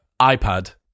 iPad